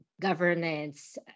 governance